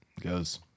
Goes